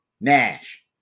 Nash